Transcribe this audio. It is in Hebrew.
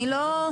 אני לא...